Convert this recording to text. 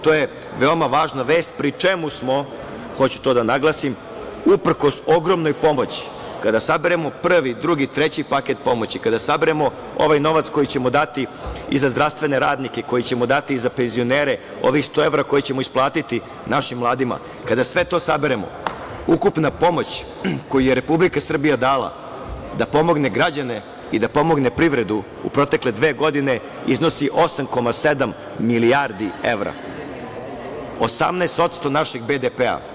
To je veoma važna vest, pri čemu smo, hoću to da naglasim, uprkos ogromnoj pomoći, kada saberemo prvi, drugi, treći paket pomoći, kada saberemo ovaj novac koji ćemo dati i za zdravstvene radnike, koji ćemo dati i za penzionere, ovih 100 evra koji ćemo isplatiti našim mladima, kada sve to saberemo, ukupna pomoć koju je Republika Srbija dala da pomogne građane i da pomogne privredu u protekle dve godine iznosi 8,7 milijardi evra, 18% našeg BDP-a.